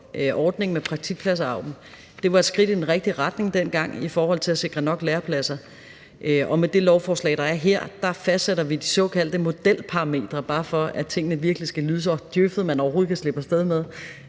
ordningen med praktikplads-aud'en. Det var et skridt i den rigtige retning dengang i forhold til at sikre nok lærepladser. Med det lovforslag, der er her, fastsætter vi de såkaldte modelparametre – bare for at tingene virkelig skal lyde så djøf'ede, man overhovedet kan slippe af sted med